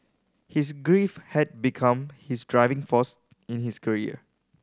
his grief had become his driving force in his career